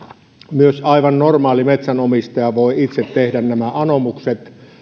myös aivan normaali metsänomistaja voi itse tehdä nämä anomukset